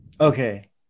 Okay